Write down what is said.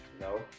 No